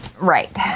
Right